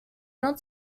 not